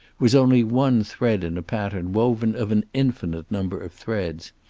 was only one thread in a pattern woven of an infinite number of threads,